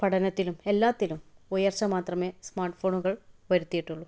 പഠനത്തിലും എല്ലാത്തിലും ഉയർച്ച മാത്രമേ സ്മാർട്ട് ഫോണുകൾ വരുത്തീട്ടുള്ളൂ